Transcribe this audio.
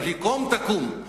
אבל היא קום תקום,